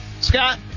Scott